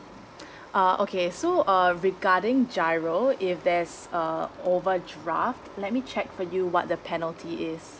uh okay so uh regarding giro if there's uh overdraft let me check for you what the penalty is